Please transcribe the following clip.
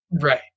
Right